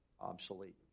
obsolete